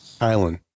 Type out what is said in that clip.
Island